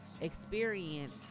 experience